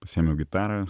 pasiėmiau gitarą